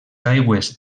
aigües